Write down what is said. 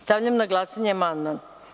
Stavljam na glasanje amandman.